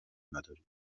ندارید